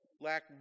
lack